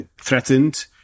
threatened